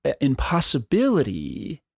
impossibility